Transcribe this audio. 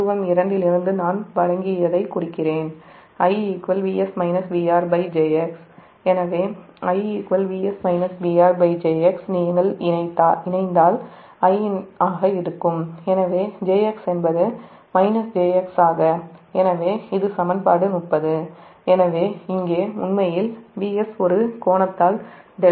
உருவம் 2 இலிருந்து நான் வழங்கியதை குறிக்கிறேன்Ijx எனவே Ijx நீங்கள் இணைந்தால் I ஆக இருக்கும் எனவே jx என்பது jx ஆக இது சமன்பாடு 30 எனவே இங்கே உண்மையில் Vs ஒரு கோணத்தால் δ முன்னணி VR